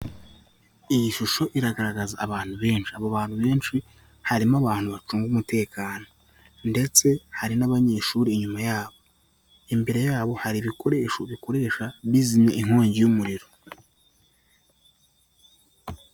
Iyi shusho iragaragaza abantu benshi abo bantu benshi harimo abantu bacunga umutekano ndetse hari n'abanyeshuri inyuma yabo ,imbere yabo hari ibikoresho bikoresha bizimya inkongi y'umuriro.